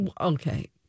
Okay